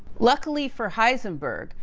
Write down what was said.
luckily for heisenberg,